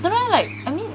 I don't know leh I mean